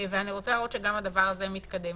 ואני רוצה לראות שגם הדבר הזה מתקדם.